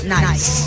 Nice